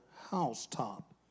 housetop